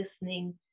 listening